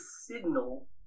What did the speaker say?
signal